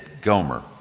Gomer